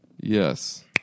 Yes